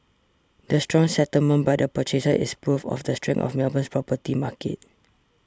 the strong settlements by the purchasers is proof of the strength of Melbourne's property market